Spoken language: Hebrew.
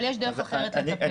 אבל יש דרך אחרת לטפל.